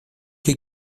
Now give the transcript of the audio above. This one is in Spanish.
que